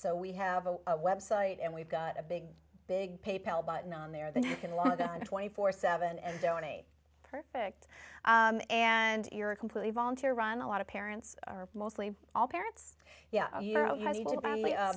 so we have a website and we've got a big big pay pal button on there that you can log on twenty four seven and don't e perfect and you're a completely volunteer run a lot of parents are mostly all parents yeah